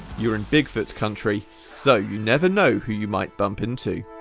you're in bigfoot's country so you never know who you might bump into!